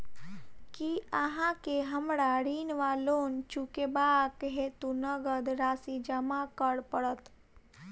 की अहाँ केँ हमरा ऋण वा लोन चुकेबाक हेतु नगद राशि जमा करऽ पड़त?